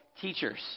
teachers